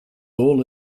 all